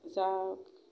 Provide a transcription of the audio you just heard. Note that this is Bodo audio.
जा